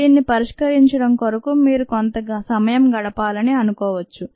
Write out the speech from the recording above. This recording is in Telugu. దీనిని పరిష్కరించడం కొరకు మీరు కొంత సమయం గడపాలని అనుకోవచ్చు